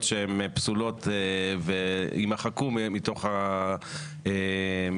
שהן פסולות והן יימחקו מתוך הרשימה,